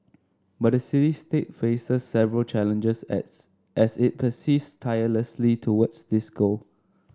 but the city state faces several challenges as as it persists tirelessly towards this goal